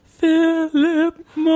Philip